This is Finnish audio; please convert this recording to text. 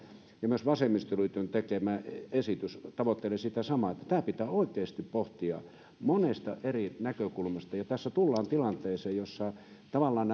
ja myös vasemmistoliiton tekemä esitys tavoittelee sitä samaa että tämä pitää oikeasti pohtia monesta eri näkökulmasta tässä tullaan tilanteeseen jossa tavallaan